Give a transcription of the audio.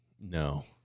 no